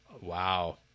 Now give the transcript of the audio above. Wow